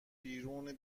بیرون